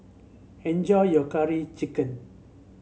enjoy your Curry Chicken